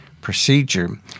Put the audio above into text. procedure